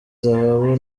zahabu